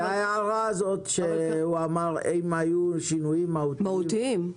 ההערה הזאת שהוא העיר, אם היו שינויים מהותיים.